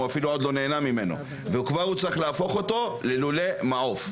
הוא עוד לא נהנה ממנו וכבר צריך להפוך אותו ללול מעוף.